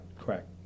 Correct